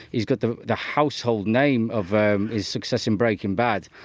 he's got the the household name of his success in breaking bad.